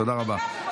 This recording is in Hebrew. תודה רבה.